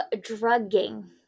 drugging